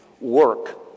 work